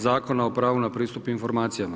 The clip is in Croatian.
Zakona o pravu na pristup informacijama.